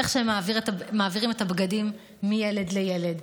איך הם מעבירים את הבגדים מילד לילד,